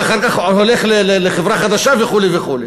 ואחר כך הולך לחברה חדשה וכו' וכו'.